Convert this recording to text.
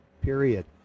period